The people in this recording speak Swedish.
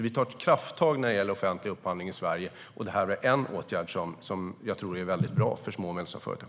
Vi tar ett krafttag när det gäller offentlig upphandling i Sverige, och detta är en åtgärd som jag tror är bra för små och medelstora företag.